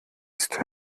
ist